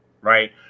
right